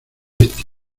oeste